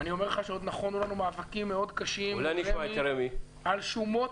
ואני אומר לך שעוד נכונו לנו מאבקים מאוד קשים על שומות.